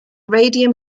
radium